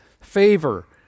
favor